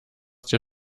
der